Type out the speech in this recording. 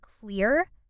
clear